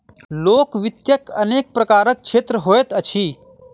लोक वित्तक अनेक प्रकारक क्षेत्र होइत अछि